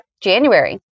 January